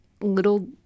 little